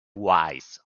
wise